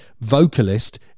vocalist